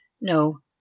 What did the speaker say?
no